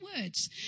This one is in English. words